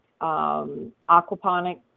aquaponic